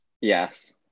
Yes